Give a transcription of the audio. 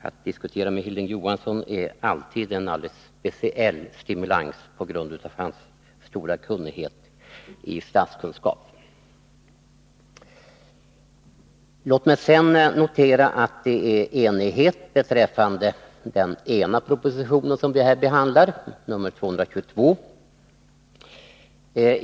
Att diskutera med Hilding Johansson innebär alltid en alldeles speciell stimulans på grund av hans stora kunnighet i statskunskap. Låt mig sedan notera att det råder enighet beträffande den ena av de propositioner vi behandlar, nr 222.